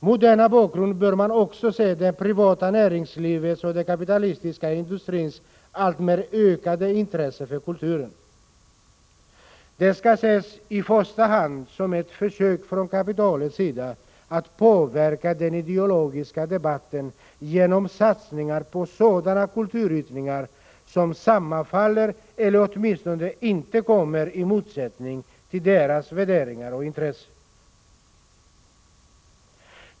Mot denna bakgrund bör man också se det privata näringslivet och den kapitalistiska industrins alltmer ökade intresse för kulturen. Det skall ses i första hand som ett försök från kapitalets sida att påverka den ideologiska debatten genom satsningar på sådana kulturyttringar som sammanfaller med, eller åtminstone inte står i motsättning till, deras värderingar och intressen.